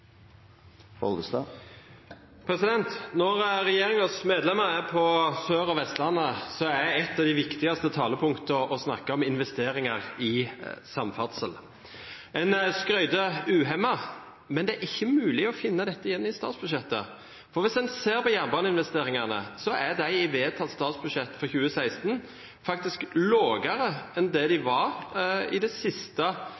på Sør- og Vestlandet, er et av de viktigste talepunktene å snakke om investeringer i samferdsel. En skryter uhemmet, men det er ikke mulig å finne dette igjen i statsbudsjettet. For hvis en ser på jernbaneinvesteringene, er de i vedtatt statsbudsjett for 2016 faktisk lavere enn det